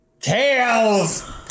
Tails